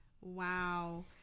Wow